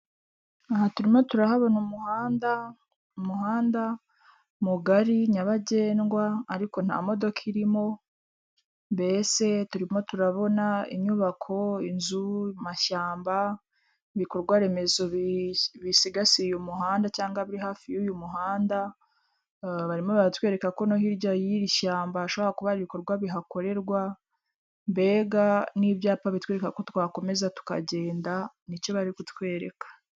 Azure foregisi biro iherereye kwa rando mu mujyi wa Kigali, werekeza i Remera, ni biro deshanje ivunja neza.